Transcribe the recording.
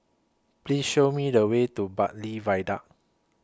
Please Show Me The Way to Bartley Viaduct